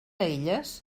elles